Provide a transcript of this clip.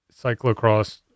cyclocross